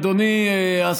אדוני,